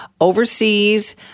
overseas